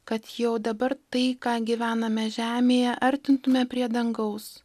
kad jau dabar tai ką gyvename žemėje artintume prie dangaus